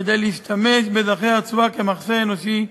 כדי להשתמש באזרחי הרצועה כמחסה אנושי,